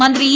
മന്ത്രി ഇ